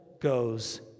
goes